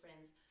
friends